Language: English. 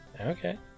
okay